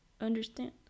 understand